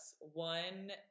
One